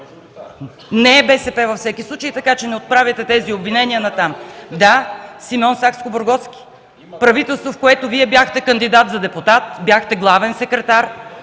Не е БСП във всеки случай, така че не отправяйте тези обвинения натам. Да, Симеон Сакскобургготски. Правителство, в което Вие бяхте кандидат за депутат, бяхте главен секретар